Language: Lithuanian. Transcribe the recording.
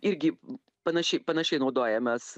irgi panašiai panašiai naudojamas